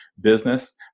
business